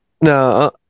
No